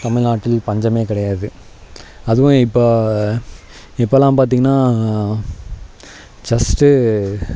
தமிழ்நாட்டில் பஞ்சமே கிடையாது அதுவும் இப்போ இப்போலாம் பார்த்தீங்கனா ஜஸ்ட்டு